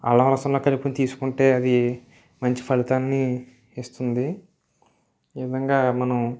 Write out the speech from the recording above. అల్లము రసంలో కలిపి తీసుకుంటే అది మంచి ఫలితాన్ని ఇస్తుంది ఈ విధంగా మనం